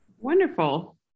Wonderful